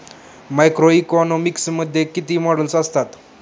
Macroeconomics मध्ये किती models असतात?